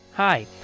Hi